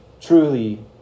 truly